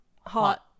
Hot